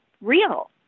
real